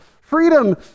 freedom